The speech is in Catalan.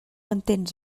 entens